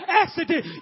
accident